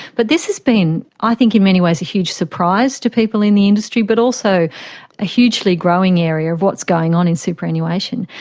but this has been i think in many ways a huge surprise to people in the industry but also a hugely growing area of what's going on in superannuation.